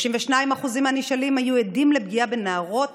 32% מהנשאלים היו עדים לפגיעה בנערות